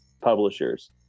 publishers